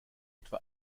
etwa